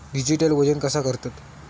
Digital वजन कसा करतत?